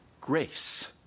Grace